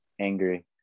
angry